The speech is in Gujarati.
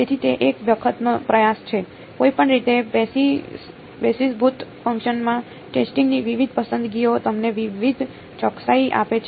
તેથી તે એક વખતનો પ્રયાસ છે કોઈપણ રીતે બેસિસભૂત ફંકશનમાં ટેસ્ટિંગ ની વિવિધ પસંદગીઓ તમને વિવિધ ચોકસાઈ આપે છે